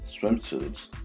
swimsuits